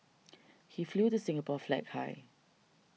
he flew the Singapore flag high